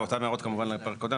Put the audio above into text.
הן אותן הערות כמובן לפרק הקודם,